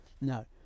No